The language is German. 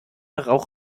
rauch